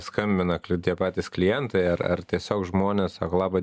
skambina tie patys klientai ar ar tiesiog žmonės sako laba